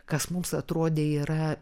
kas mums atrodė yra